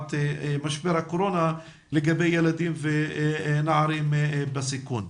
השפעת משבר הקורונה לגבי ילדים ונערים בסיכון.